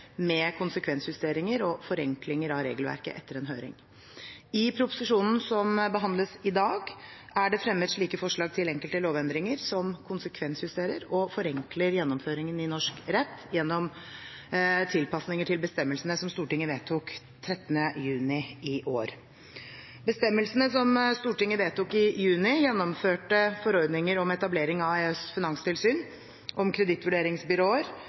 med konsekvensjusteringer og forenklinger av regelverket etter en høring. I proposisjonen som behandles i dag, er det fremmet slike forslag til enkelte lovendringer som konsekvensjusterer og forenkler gjennomføringen i norsk rett gjennom tilpasninger til bestemmelsene som Stortinget vedtok 13. juni i år. Bestemmelsene som Stortinget vedtok i juni, gjennomførte forordninger om etablering av EUs finanstilsyn, om kredittvurderingsbyråer,